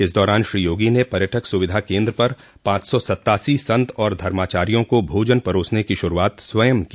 इस दौरान श्री योगी ने पर्यटक सुविधा केन्द्र पर पांच सौ सत्तासी संत और धर्माचार्यो को भोजन परोसने की शुरूआत स्वयं की